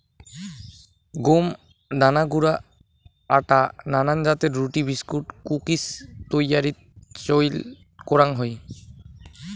গম দানা গুঁড়া আটা নানান জাতের রুটি, বিস্কুট, কুকিজ তৈয়ারীত চইল করাং হই